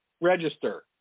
register